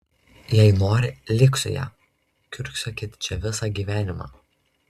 jei nori lik su ja kiurksokit čia visą gyvenimą